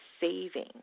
saving